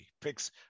Picks